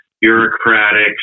bureaucratic